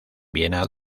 viena